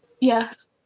Yes